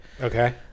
Okay